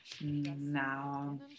Now